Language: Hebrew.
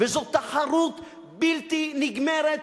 וזו תחרות בלתי נגמרת,